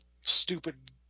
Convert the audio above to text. stupid